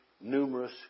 numerous